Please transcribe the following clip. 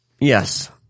Yes